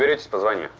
it's spring,